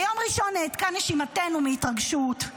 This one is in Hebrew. ביום ראשון נעתקה נשימתנו מהתרגשות,